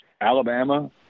Alabama